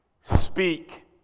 Speak